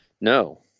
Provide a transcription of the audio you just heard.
no